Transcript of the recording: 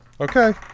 Okay